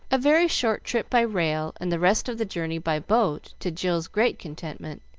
a very short trip by rail and the rest of the journey by boat, to jill's great contentment,